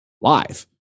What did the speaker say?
live